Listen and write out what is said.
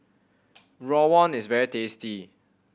rawon is very tasty